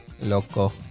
Loco